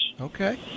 Okay